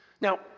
Now